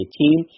team